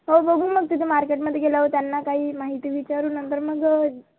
हो बघून मग तिथे मार्केटमध्ये गेल्यावर त्यांना काही माहिती विचारू नंतर मग